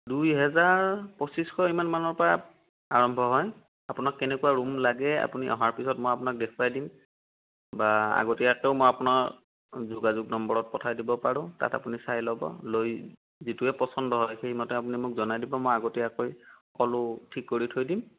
দুই হাজাৰ পঁচিছশ ইমান মানৰ পৰা আৰম্ভ হয় আপোনাক কেনেকুৱা ৰুম লাগে আপুনি অহাৰ পিছত মই আপোনাক দেখুৱাই দিম বা আগতীয়াকেও মই আপোনাৰ যোগাযোগ নম্বৰত পঠাই দিব পাৰো তাত আপুনি চাই ল'ব লৈ যিটোৱে পচন্দ হয় সেইমতে আপুনি মোক জনাই দিব মই আগতীয়াকৈ সকলো ঠিক কৰি থৈ দিম